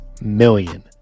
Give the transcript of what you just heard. million